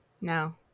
no